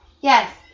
Yes